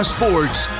Sports